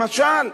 למשל,